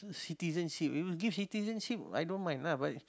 citizenship you will give citizenship i don't mind lah but